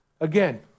Again